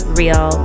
real